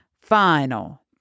final